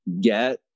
get